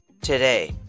today